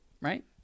right